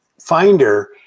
finder